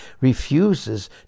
refuses